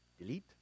Delete